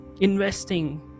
investing